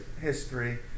history